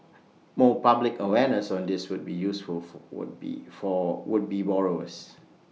more public awareness on this would be useful full would be for would be borrowers